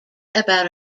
about